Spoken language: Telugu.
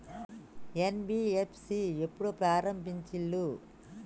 ఎన్.బి.ఎఫ్.సి ఎప్పుడు ప్రారంభించిల్లు?